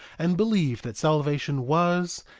and believe that salvation was,